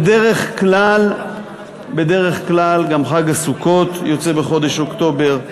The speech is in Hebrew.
אבל בדרך כלל גם חג הסוכות חל בחודש אוקטובר,